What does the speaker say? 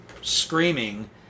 screaming